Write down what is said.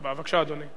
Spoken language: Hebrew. בבקשה, אדוני.